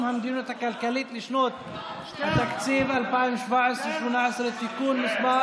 המדיניות הכלכלית לשנות התקציב 2017 ו-2018) (תיקון מס'